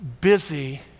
busy